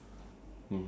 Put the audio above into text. ya